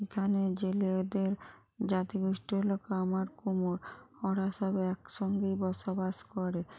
এখানে জেলেদের জাতিগোষ্ঠী হলো কামার কুমোর ওরা সবাই একসঙ্গেই বসবাস করে